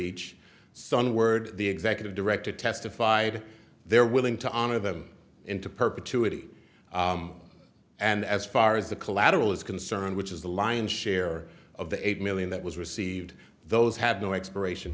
each son word the executive director testified they're willing to honor them into perpetuity and as far as the collateral is concerned which is the lion's share of the eight million that was received those had no expiration